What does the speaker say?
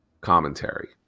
commentary